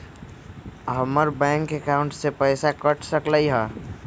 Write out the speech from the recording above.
हमर bank account से पैसा कट सकलइ ह?